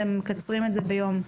מקצרים את זה ביום.